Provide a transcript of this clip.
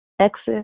exit